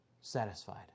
satisfied